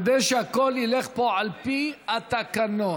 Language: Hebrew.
כדי שהכול ילך פה על פי התקנון,